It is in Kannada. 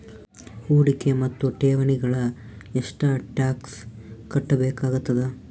ಹೂಡಿಕೆ ಮತ್ತು ಠೇವಣಿಗಳಿಗ ಎಷ್ಟ ಟಾಕ್ಸ್ ಕಟ್ಟಬೇಕಾಗತದ?